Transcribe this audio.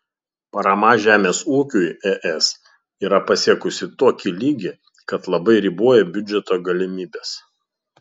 parama žemės ūkiui es yra pasiekusį tokį lygį kad labai riboja biudžeto galimybes